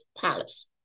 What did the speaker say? palace